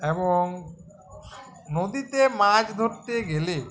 এবং নদীতে মাছ ধরতে গেলে